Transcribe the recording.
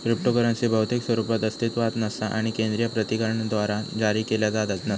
cryptocurrency भौतिक स्वरूपात अस्तित्वात नसा आणि केंद्रीय प्राधिकरणाद्वारा जारी केला जात नसा